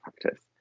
practice